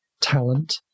talent